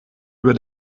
über